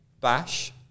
Bash